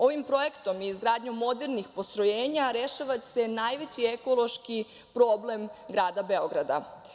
Ovim projektom i izgradnjom modernih postrojenja rešava se najveći ekološki problem grada Beograda.